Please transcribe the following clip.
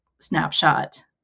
snapshot